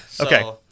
Okay